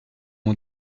mon